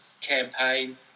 campaign